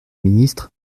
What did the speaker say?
ministre